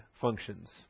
functions